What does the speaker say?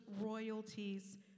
royalties